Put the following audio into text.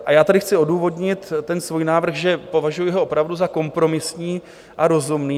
A já tady chci odůvodnit ten svůj návrh, že ho považuji opravdu za kompromisní a rozumný.